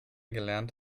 gelernt